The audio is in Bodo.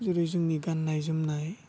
जुदि जोंनि गाननाय जोमनाय